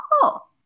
Cool